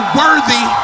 worthy